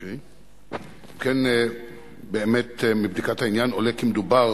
אם כן, באמת, מבדיקת העניין עולה כי מדובר